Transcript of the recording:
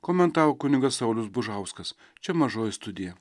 komentavo kunigas saulius bužauskas čia mažoji studija